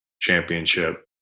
championship